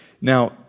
Now